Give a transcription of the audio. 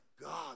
God